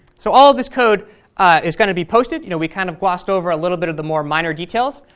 so all of this code is going to be posted. you know we kind of glossed over a little bit of the more minor details,